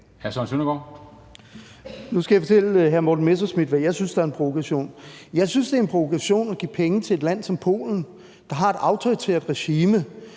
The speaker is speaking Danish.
Nu skal jeg fortælle hr. Morten Messerschmidt, hvad jeg synes er en provokation. Jeg synes, det er en provokation at give penge til et land som Polen, der har et autoritært regime,